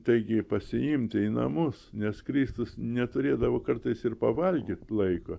taigi pasiimti į namus nes kristus neturėdavo kartais ir pavalgyt laiko